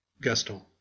Gaston